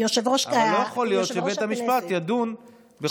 אבל לא יכול להיות שבית המשפט ידון בחוק-יסוד.